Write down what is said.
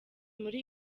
muri